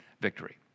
victory